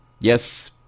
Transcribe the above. Yes